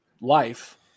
life